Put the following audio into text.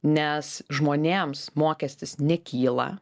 nes žmonėms mokestis nekyla